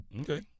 Okay